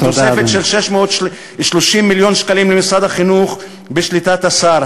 תוספת של 630 מיליון שקלים למשרד החינוך בשליטת השר,